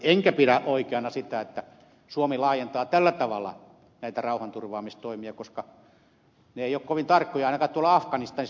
enkä pidä oikeana sitä että suomi laajentaa tällä tavalla näitä rauhanturvaamistoimia koska ne eivät ole kovin tarkkoja ainakaan tuolla afganistanissa